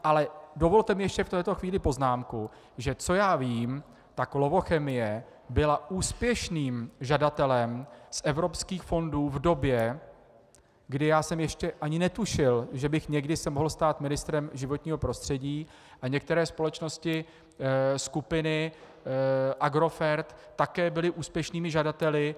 Ale dovolte mi ještě v tuhle chvíli poznámku, že co já vím, tak Lovochemie byla úspěšným žadatelem z evropských fondů v době, kdy já jsem ještě ani netušil, že bych se někdy mohl stát ministrem životního prostředí, a některé společnosti skupiny Agrofert také byly úspěšnými žadateli.